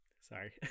Sorry